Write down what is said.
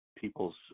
people's